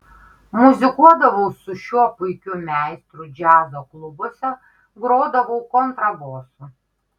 muzikuodavau su šiuo puikiu meistru džiazo klubuose grodavau kontrabosu